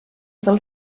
del